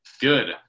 Good